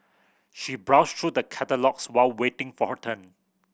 she browsed through the catalogues while waiting for her turn